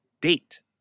date